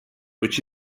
which